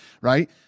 right